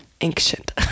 Ancient